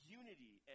unity